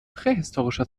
prähistorischer